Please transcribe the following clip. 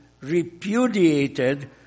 repudiated